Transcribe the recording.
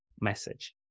message